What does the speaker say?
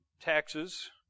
Taxes